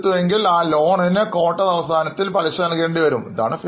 ഏറ്റവും മികച്ചതും ലളിതവുമായ ഉദാഹരണം പലിശ അടയ്ക്കൽ ആണ്